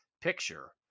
picture